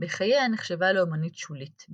בחייה נחשבה לאמנית שולית,